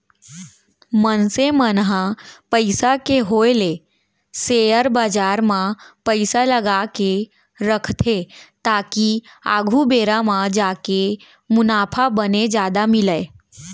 मनसे मन ह पइसा के होय ले सेयर बजार म पइसा लगाके रखथे ताकि आघु बेरा म जाके मुनाफा बने जादा मिलय